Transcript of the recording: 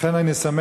לכן אני שמח,